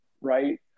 right